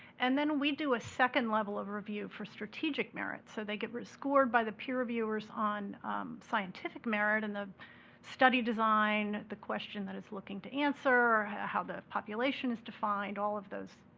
and then we do a second level of review for strategic merit. so they get rescored by the peer reviewers on scientific merit, and the study design, design, the question that it's looking to answer, how the population is defined, all of those.